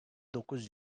dokuz